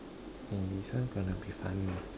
maybe this one gonna be funny